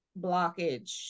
blockage